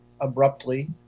abruptly